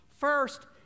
First